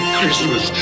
Christmas